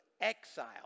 exile